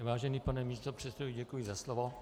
Vážený pane místopředsedo, děkuji za slovo.